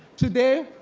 today,